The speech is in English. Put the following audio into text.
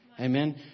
Amen